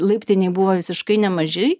laiptinėj buvo visiškai nemažai